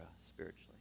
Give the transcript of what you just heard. spiritually